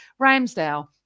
Ramsdale